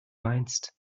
meinst